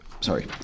Sorry